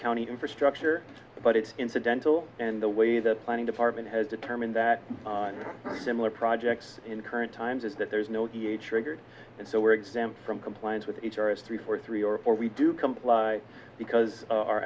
county infrastructure but it's incidental and the way the planning department has determined that similar projects in current times is that there is no ga triggered and so we're exempt from compliance with h r s three four three or four we do comply because our